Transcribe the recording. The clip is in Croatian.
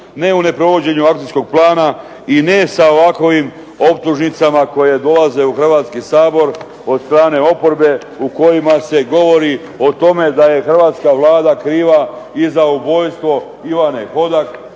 ne u neprovođenju akcijskog plana i ne sa ovakovim optužnicama koje dolaze u Hrvatski sabor od strane oporbe u kojima se govori o tome da je hrvatska Vlada kriva i za ubojstvo Ivan Hodak,